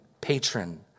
patron